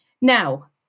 Now